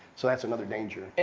so that's another danger.